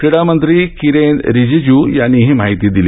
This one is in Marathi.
क्रीडा मंत्री किरेन रीजीजू यांनी हि माहिती दिली